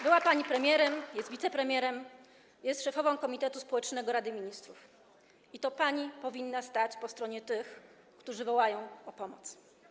Była pani premierem, jest wicepremierem, jest szefową Komitetu Społecznego Rady Ministrów i to pani powinna stać po stronie tych, którzy wołają o pomoc.